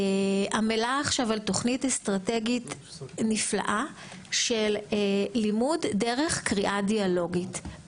עמלה עכשיו על תוכנית אסטרטגית נפלאה של לימוד דרך קריאה דיאולוגית.